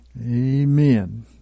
Amen